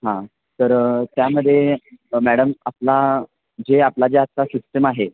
हां तर त्यामध्ये मॅडम आपला जे आपला जे आता सिस्टम आहे